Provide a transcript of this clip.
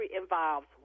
involves